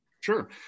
Sure